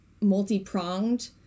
multi-pronged